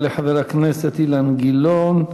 יעלה חבר הכנסת אילן גילאון,